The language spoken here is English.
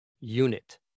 unit